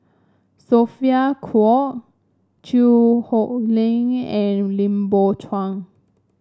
Sophia Cooke Chew Hock Leong and Lim Biow Chuan